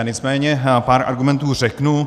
Nicméně pár argumentů řeknu.